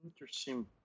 Interesting